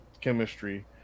chemistry